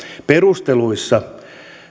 perusteluissa